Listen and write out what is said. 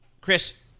Chris